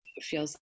feels